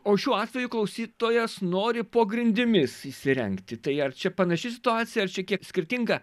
o šiuo atveju klausytojas nori po grindimis įsirengti tai ar čia panaši situacija ar čia kiek skirtinga